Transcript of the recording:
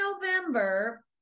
November